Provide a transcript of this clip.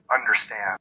understand